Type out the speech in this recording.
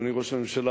אדוני ראש הממשלה,